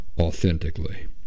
authentically